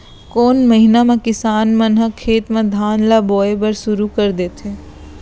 कोन महीना मा किसान मन ह खेत म धान ला बोये बर शुरू कर देथे?